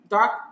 Dark